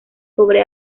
sobre